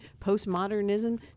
postmodernism